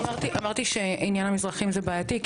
עניין המזרחים הוא בעייתי,